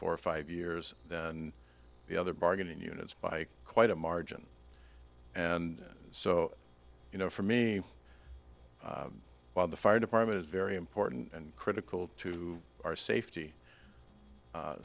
four or five years and the other bargaining units by quite a margin and so you know for me while the fire department is very important and critical to our safety